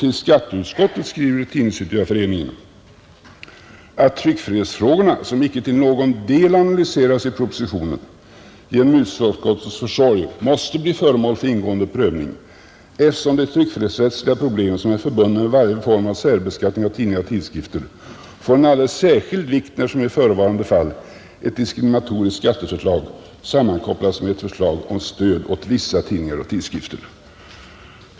Till skatteutskottet skriver TU att ”tryckfrihetsfrågorna — som icke till någon del analyseras i propositionen — genom utskottets försorg måste bli föremål för ingående prövning, eftersom de tryckfrihetsrättsliga/tryckfrihetspolitiska problem, som är förbundna med varje form av särbeskattning av tidningar och tidskrifter, får en alldeles särskild vikt när som i förevarande fall ett diskriminatoriskt skatteförslag sammankopplas med ett förslag om stöd åt vissa tidningar och tidskrifter”.